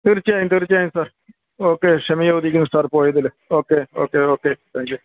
തീർച്ചയായും തീർച്ചയായും sir okay ക്ഷമ ചോദിക്കുന്നു സാർ പോയതില് ഓക്കെ ഓക്കെ ഓക്കെ താങ്ക്യൂ